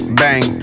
bang